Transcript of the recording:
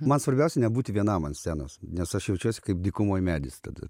man svarbiausia nebūti vienam ant scenos nes aš jaučiuosi kaip dykumoj medis tada